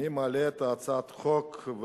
אני מעלה את הצעת החוק,